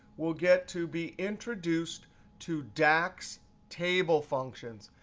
we'll get to be introduced to dax table functions.